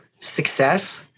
success